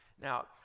Now